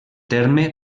terme